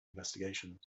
investigations